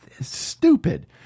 stupid